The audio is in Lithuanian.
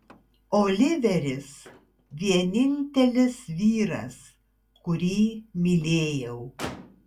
oliveris vienintelis vyras kurį mylėjau